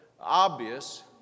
obvious